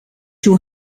two